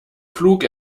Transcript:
flug